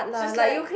she is like